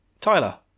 Tyler